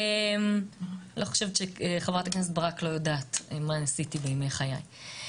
אני לא חושבת שחה"כ ברק לא יודעת מה עשיתי בימי חיי.